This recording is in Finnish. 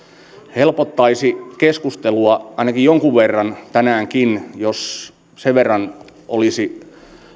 helpottaisi keskustelua ainakin jonkun verran tänäänkin jos sen verran olisi